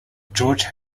george